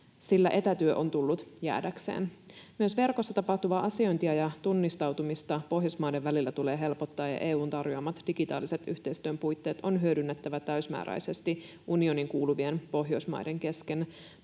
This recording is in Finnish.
sillä etätyö on tullut jäädäkseen. Myös verkossa tapahtuvaa asiointia ja tunnistautumista Pohjoismaiden välillä tulee helpottaa, ja EU:n tarjoamat digitaaliset yhteistyön puitteet on hyödynnettävä täysimääräisesti unioniin kuuluvien Pohjoismaiden kesken.